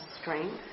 strength